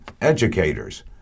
Educators